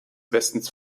westens